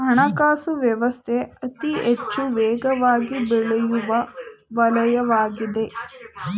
ಹಣಕಾಸು ವ್ಯವಸ್ಥೆ ಅತಿಹೆಚ್ಚು ವೇಗವಾಗಿಬೆಳೆಯುವ ವಲಯವಾಗಿದೆ